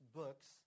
books